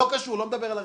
לא התקבלה.